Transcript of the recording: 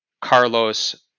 Carlos